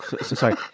Sorry